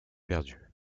perdu